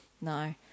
No